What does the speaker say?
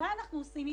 מה אנחנו עושים מכאן?